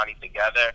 together